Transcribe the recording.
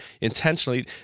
intentionally